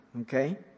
okay